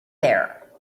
there